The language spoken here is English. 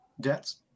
debts